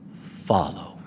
Follow